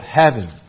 heaven